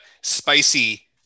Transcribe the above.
spicy